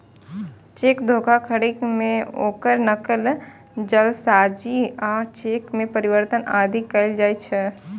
cheque धोखाधड़ी मे ओकर नकल, जालसाजी आ चेक मे परिवर्तन आदि कैल जाइ छै